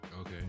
Okay